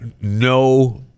no